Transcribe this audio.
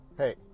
Hey